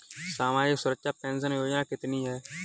सामाजिक सुरक्षा पेंशन योजना कितनी हैं?